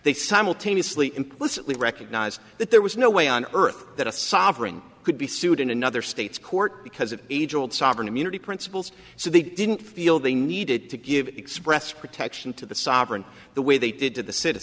they simultaneously implicitly recognized that there was no way on earth that a sovereign could be sued in another state's court because of age old sovereign immunity principles so they didn't feel they needed to give express protection to the sovereign the way they did to the cit